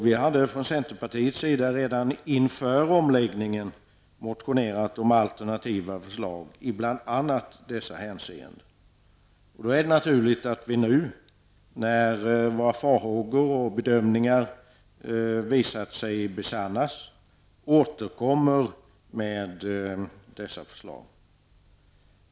Vi hade från centerpartiets sida redan inför omläggningen motionerat om alternativa förslag i bl.a. dessa hänseenden. Då är det naturligt att vi nu, när våra farhågor och bedömningar visat sig besannas, återkommer med dessa förslag.